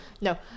No